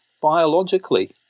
biologically